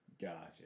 Gotcha